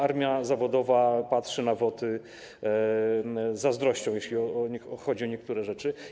Armia zawodowa patrzy na WOT z zazdrością, jeśli chodzi o niektóre rzeczy.